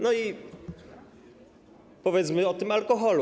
No i powiedzmy o tym alkoholu.